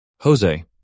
Jose